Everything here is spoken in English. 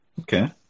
Okay